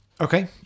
Okay